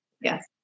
Yes